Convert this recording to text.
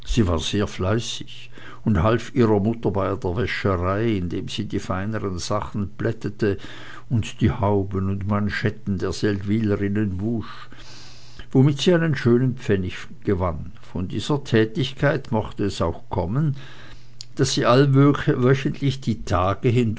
sie war sehr fleißig und half ihrer mutter bei ihrer wäscherei indem sie die feineren sachen plättete und die hauben und manschetten der seldwylerinnen wusch womit sie einen schönen pfennig gewann von dieser tätigkeit mochte es auch kommen daß sie allwöchentlich die tage